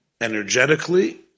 energetically